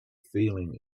feeling